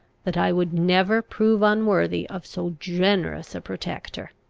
that i would never prove unworthy of so generous a protector.